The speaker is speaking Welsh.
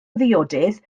ddiodydd